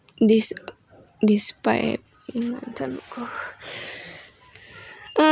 des~ despite in term of uh